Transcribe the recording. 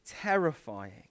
terrifying